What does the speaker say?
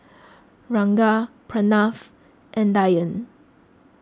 Ranga Pranav and Dhyan